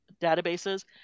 databases